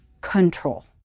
control